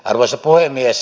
arvoisa puhemies